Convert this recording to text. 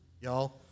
y'all